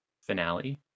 Finale